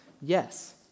yes